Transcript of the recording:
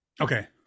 Okay